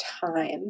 time